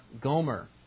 Gomer